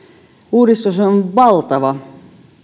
uudistus on valtava